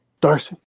Darcy